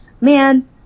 Man